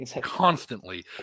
constantly